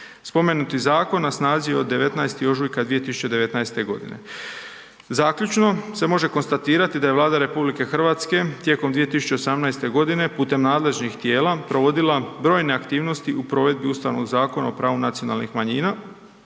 Spomenuti zakon na snazi je od 19. ožujka 2019. g. Zaključno se može konstatirati da je Vlada RH tijekom 2018. g. putem nadležnih tijela provodila brojne aktivnosti u provedbi Ustavnog zakona o pravu nacionalnih manjina